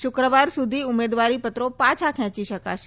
શુક્રવાર સુધી ઉમેદવારીપત્રો પાછાં ખેંચી શકાશે